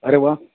अरे वा